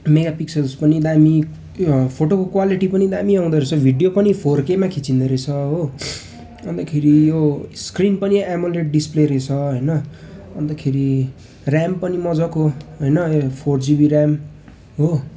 mega pixels पनि दामी फोटोको क्वालिटी पनि दामी आउँदोरहेछ भिडियो पनि फोर केमा खिचिँदोरहेछ हो अन्तखेरि यो स्क्रिन पनि एमुलेट डिस्प्ले रहेछ होइन अन्तखेरि र्याम पनि मजाको होइन यो फोर जिबी र्याम हो